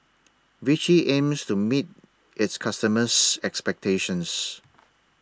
Vichy aims to meet its customers' expectations